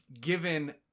given